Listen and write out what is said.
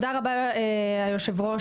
היושב-ראש,